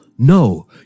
No